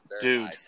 dude